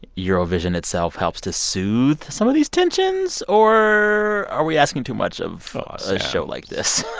eurovision itself helps to soothe some of these tensions? or are we asking too much of a show like this?